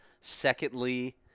Secondly